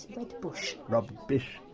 like bush! rub-bish!